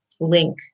link